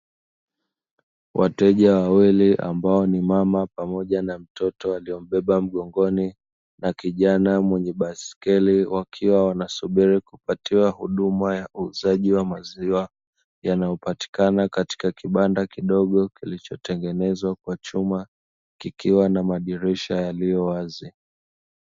Wateja wawili ambao ni mama pamoja na mtoto aliyembeba mgongoni, na kijana mwenye baiskeli wakiwa wanasubiri kupatiwa huduma ya uuzaji wa maziwa, yanayopatikana katika kibanda kidogo kilichotengenezwa kwa chuma kikiwa na madirisha yaliyo wazi.